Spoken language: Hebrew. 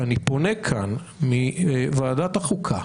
אני פונה כאן מוועדת החוקה